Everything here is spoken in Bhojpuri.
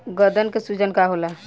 गदन के सूजन का होला?